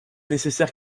nécessaire